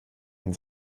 den